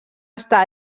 està